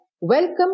Welcome